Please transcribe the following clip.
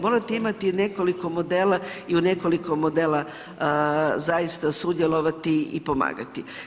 Morate imati nekoliko modela i u nekoliko modela zaista sudjelovati i pomagati.